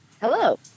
Hello